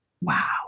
Wow